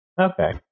Okay